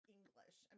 English